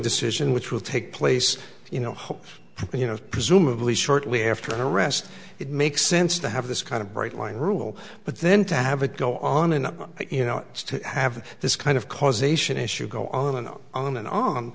decision which will take place you know hope you know presumably shortly after her arrest it makes sense to have this kind of bright line rule but then to have it go on and you know to have this kind of causation issue go on and on on and on